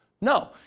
No